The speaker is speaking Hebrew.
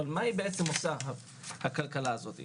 אבל מה עושה הכלכלה הזאת בעצם?